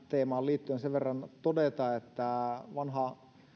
teemaan liittyen sen verran todeta että vanha